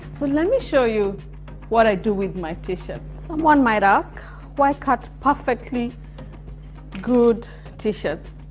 so let me show you what i do with my t-shirts. someone might ask why cut perfectly good t-shirts?